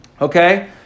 Okay